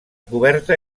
coberta